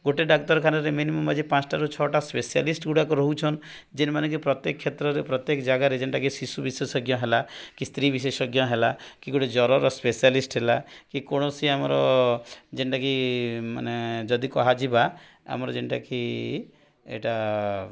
ଗୋଟେ ଡାକ୍ତରଖାନାରେ ମିନିମମ୍ ଆଜି ପାଞ୍ଚଟାରୁୁ ଛଟା ସ୍ପେଶାଲିଷ୍ଟଗୁଡ଼ାକ ରହୁଛନ୍ତି ଯେଉଁମାନେ କି ପ୍ରତ୍ୟେକ କ୍ଷେତ୍ରରେ ପ୍ରତ୍ୟେକ ଜାଗାରେ ଯେଉଁଟାକି କି ଶିଶୁ ବିଶେଷଜ୍ଞ ହେଲା କି ସ୍ତ୍ରୀ ବିଶେଷଜ୍ଞ ହେଲା କି ଗୋଟେ ଜରର ସ୍ପେଶାଲିଷ୍ଟ ହେଲା କି କୌଣସି ଆମର ଯେଉଁଟାକି ମାନେ ଯଦି କୁହାଯିବା ଆମର ଯେଉଁଟାକି ଏଇଟା